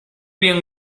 bien